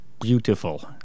beautiful